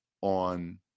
on